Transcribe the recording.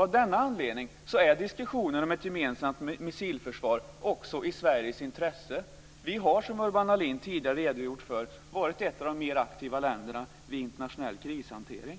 Av denna anledning är diskussionen om ett gemensamt missilförsvar också i Sveriges intresse. Sverige har, som Urban Ahlin tidigare redogjort för, varit ett av de mer aktiva länderna vid internationell krishantering.